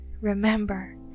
Remember